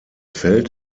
fällt